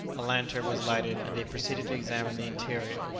a lantern was lighted, and they proceeded to examine the interior.